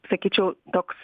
sakyčiau toks